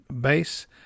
base